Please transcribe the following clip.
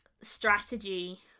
Strategy